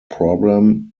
problem